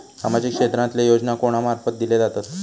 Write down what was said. सामाजिक क्षेत्रांतले योजना कोणा मार्फत दिले जातत?